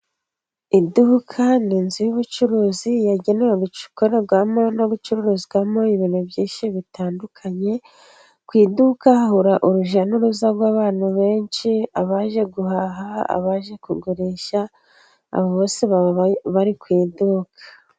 Iduka ni inzu y'ubucuruzi yagenewe gukorerwamo no gucururizwamo ibintu byinshi bitandukanye, ku iduka hahora urujya n'uruza rw'abantu benshi abaje guhaha abaje kugurisha abo bose bababari ku iduka.